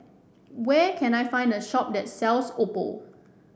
where can I find a shop that sells Oppo